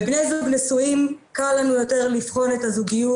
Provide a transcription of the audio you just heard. בבני זוג נשואים קל לנו יותר לבחון את הזוגיות,